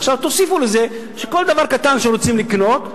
עכשיו תוסיפו לזה שכל דבר קטן שרוצים לקנות,